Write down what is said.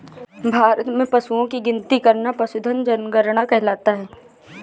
भारत में पशुओं की गिनती करना पशुधन जनगणना कहलाता है